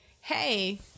hey